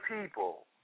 people